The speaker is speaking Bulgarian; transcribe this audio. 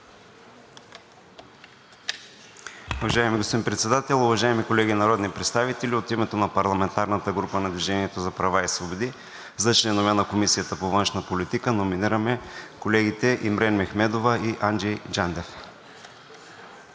Уважаеми господин Председател, уважаеми колеги народни представители! От името на парламентарната група на „Движение за права и свободи“ за членове на Комисията по външна политика номинирам колегите Имрен Мехмедова и Анджей Джандев.